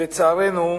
לצערנו,